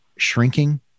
Shrinking